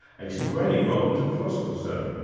a. c. grayling, welcome to the philosopher's zone.